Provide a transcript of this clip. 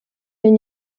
den